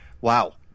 Wow